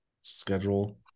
schedule